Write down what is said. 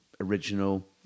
original